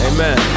Amen